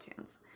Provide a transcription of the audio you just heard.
iTunes